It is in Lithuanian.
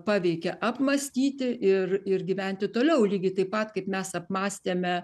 paveikė apmąstyti ir ir gyventi toliau lygiai taip pat kaip mes apmąstėme